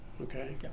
Okay